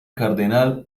cardenal